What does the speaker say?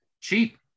cheap